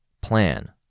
plan